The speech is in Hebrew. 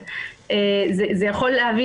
זה יכול להביא